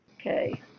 Okay